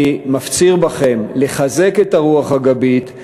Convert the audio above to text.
אני מפציר בכם לחזק את הרוח הגבית,